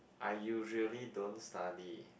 I usually don't study